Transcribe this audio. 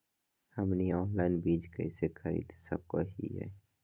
हमनी ऑनलाइन बीज कइसे खरीद सको हीयइ?